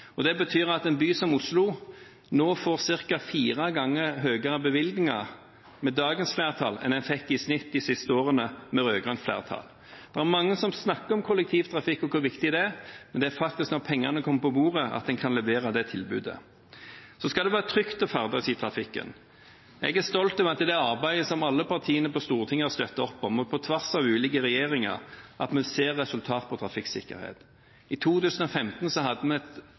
bymiljøavtaler. Det betyr at en by som Oslo nå får ca. fire ganger større bevilgninger med dagens flertall enn en fikk i snitt de siste årene med rød-grønt flertall. Det var mange som snakket om kollektivtrafikk og hvor viktig det var, men det er når pengene kommer på bordet, at en kan levere slike tilbud. Det skal være trygt å ferdes i trafikken. Jeg er stolt over at vi i det arbeidet som alle partiene på Stortinget har støttet opp om – og på tvers av ulike regjeringer – ser resultatet av trafikksikkerhet. I 2015 hadde vi et